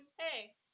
Hey